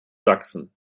sachsen